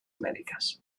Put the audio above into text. mèdiques